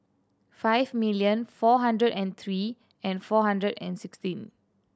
five million four hundred and three and four hundred and sixteen